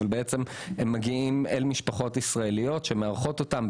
הם מגיעים למשפחות ישראליות שמארחות אותם,